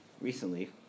recently